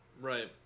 Right